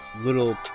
little